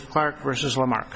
clark versus what mark